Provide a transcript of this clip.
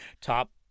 top